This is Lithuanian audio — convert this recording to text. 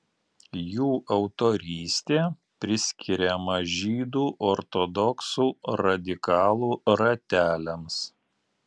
jų autorystė priskiriama žydų ortodoksų radikalų rateliams